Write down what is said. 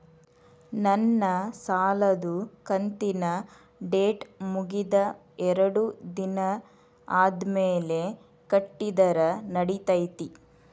ನನ್ನ ಸಾಲದು ಕಂತಿನ ಡೇಟ್ ಮುಗಿದ ಎರಡು ದಿನ ಆದ್ಮೇಲೆ ಕಟ್ಟಿದರ ನಡಿತೈತಿ?